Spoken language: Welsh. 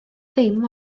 ddim